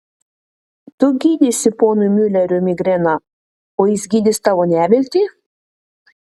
tu gydysi ponui miuleriui migreną o jis gydys tavo neviltį